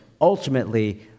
ultimately